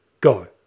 go